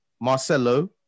Marcelo